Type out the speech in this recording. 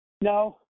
no